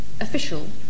official